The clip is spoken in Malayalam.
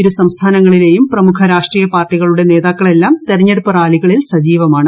ഇരുസംസ്ഥാനങ്ങളിലെയും പ്രമുഖ രാഷ്ട്രീയ പാർട്ടികളുടെ നേതാക്കളെല്ലാം തെരഞ്ഞെടുപ്പ് റാലികളിൽ സജീവമാണ്